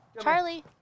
Charlie